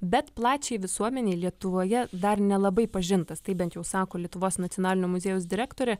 bet plačiai visuomenei lietuvoje dar nelabai pažintas taip bent jau sako lietuvos nacionalinio muziejaus direktorė